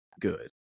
good